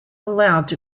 allowed